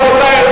רבותי,